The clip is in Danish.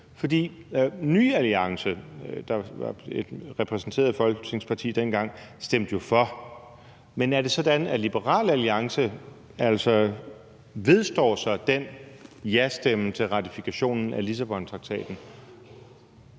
For Ny Alliance, der var et repræsenteret folketingsparti dengang, stemte jo for. Men er det sådan, at Liberal Alliance vedstår sig den jastemme til ratifikationen af Lissabontraktaten?